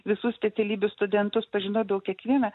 visų specialybių studentus pažinodavau kiekvieną